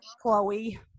Chloe